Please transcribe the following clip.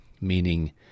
meaning